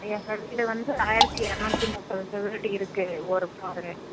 எங்கள் வீடு வந்து ஆயிரத்து இரநூத்தி முப்பது சதுரடி இருக்கு ஒரு ஃப்ளோரு